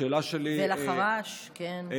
השאלה שלי, ולחרש, כן.